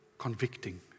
Convicting